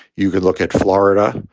you can look at florida,